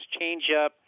changeup